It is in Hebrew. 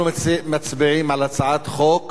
אנחנו מצביעים על הצעת חוק